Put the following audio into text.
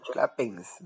Clappings